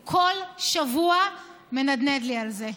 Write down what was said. הוא כל שבוע מנדנד לי על זה,